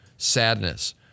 sadness